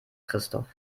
christoph